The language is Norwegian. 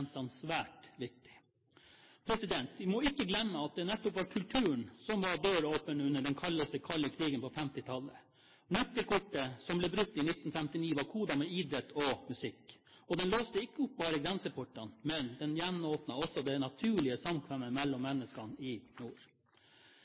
grensene svært viktig. Vi må ikke glemme at det nettopp var kulturen som var døråpneren under den kaldeste kalde krigen på 1950-tallet. Nøkkelkortet som ble brukt i 1959, var kodet med idrett og musikk, og det låste ikke bare opp grenseportene – det gjenåpnet også det naturlige samkvemmet mellom